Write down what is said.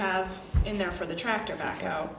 have in there for the tractor back out